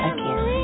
Again